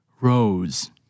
rose